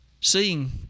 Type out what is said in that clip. seeing